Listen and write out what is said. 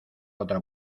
otra